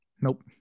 Nope